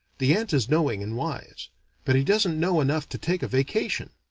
the ant is knowing and wise but he doesn't know enough to take a vacation.